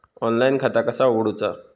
Online खाता कसा उगडूचा?